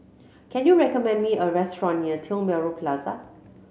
can you recommend me a restaurant near Tiong Bahru Plaza